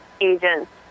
agents